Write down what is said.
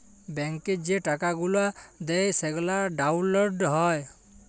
ব্যাংকে যে টাকা গুলা দেয় সেগলা ডাউল্লড হ্যয়